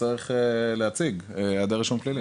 צריר להציג היעדר רישום פלילי.